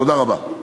תודה רבה.